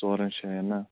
ژورَن جاین نہ